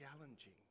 challenging